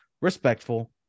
Respectful